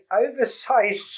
oversized